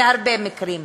בהרבה מקרים,